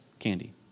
candy